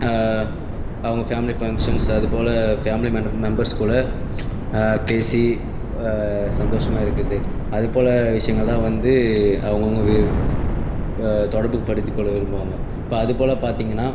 அவங்க family functions அது போல் ஃபேமிலி மெம்பெர்ஸ் கூட பேசி சந்தோஷமாக இருக்கிறது அது போல் விஷயங்கள் தான் வந்து அவங்கவங்க தொடர்புப்படுத்தி கொள்ள விரும்புவாங்க இப்போ அதுபோல் பார்த்திங்கன்னா